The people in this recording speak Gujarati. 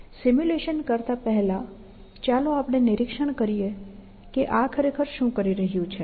સિમ્યુલેશન કરતા પહેલાં ચાલો આપણે નિરીક્ષણ કરીએ કે આ ખરેખર શું કરી રહ્યું છે